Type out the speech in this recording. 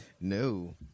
No